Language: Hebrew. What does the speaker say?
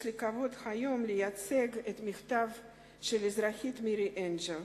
יש לי היום הכבוד לייצג את המכתב של האזרחית מירי אנג'ל.